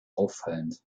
auffallend